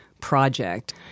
project